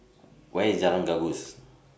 Where IS Jalan Gajus